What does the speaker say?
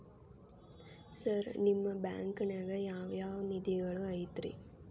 Sir ನಿಮ್ಮ ಬ್ಯಾಂಕನಾಗ ಯಾವ್ ಯಾವ ನಿಧಿಗಳು ಐತ್ರಿ?